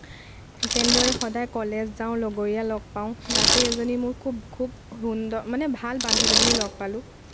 তেনেদৰে সদায় কলেজ যাওঁ লগৰীয়া লগ পাওঁ তাতেই এজনী মোৰ খুব খুব সুন্দ মানে ভাল বান্ধৱী এজনী লগ পালোঁ